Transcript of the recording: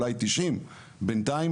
אולי 90. בינתיים,